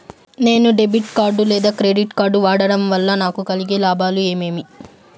నేను debit card లేదా credit card వాడడం వల్ల నాకు కలిగే లాభాలు ఏమేమీ?